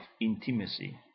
intimacy